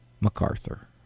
MacArthur